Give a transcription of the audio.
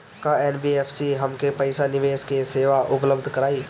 का एन.बी.एफ.सी हमके पईसा निवेश के सेवा उपलब्ध कराई?